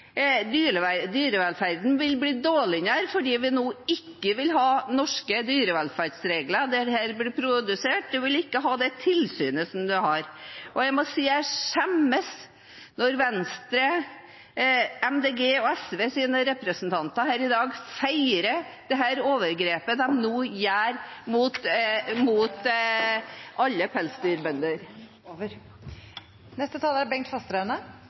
utvidelse. Dyrevelferden vil bli dårligere fordi vi nå ikke vil ha norske dyrevelferdsregler der det blir produsert, og en vil ikke ha det tilsynet som vi har. Jeg må si jeg skjemmes når Venstre, Miljøpartiet De Grønne og SVs representanter her i dag feirer dette overgrepet de nå gjør mot alle pelsdyrbønder. I denne saken er